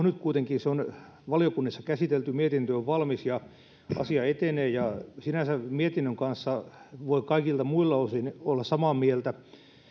nyt kuitenkin se on valiokunnissa käsitelty mietintö on valmis ja asia etenee sinänsä mietinnön kanssa voi kaikilta muilta osin olla samaa mieltä